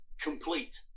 complete